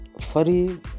furry